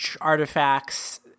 artifacts